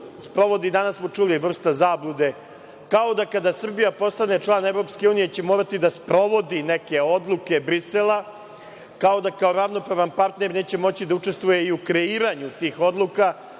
danas smo čuli, vrsta zablude, kao da kada Srbija postane član EU će morati da sprovodi neke odluke Brisela, kao da kao ravnopravan partner neće moći da učestvuje i u kreiranju tih odluka